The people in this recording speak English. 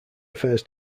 affairs